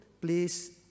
please